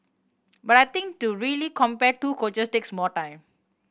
but I think to really compare two coaches takes more time